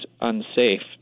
unsafe